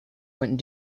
went